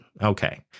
Okay